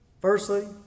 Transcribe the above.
Firstly